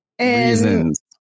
Reasons